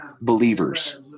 believers